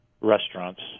Restaurants